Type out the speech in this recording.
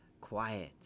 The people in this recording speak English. quiet